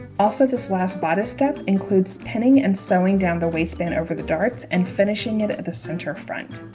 also this last bodice step includes pinning and sewing down the waistband over the darts and finishing it at the center front